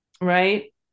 right